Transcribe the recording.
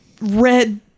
red